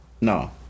No